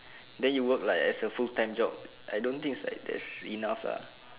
then you work like as a full time job I don't think it's like that's enough lah